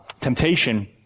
temptation